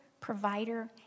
provider